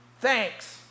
Thanks